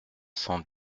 cent